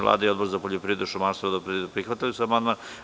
Vlada i Odbor za poljoprivredu, šumarstvo i vodoprivredu prihvatili su amandman.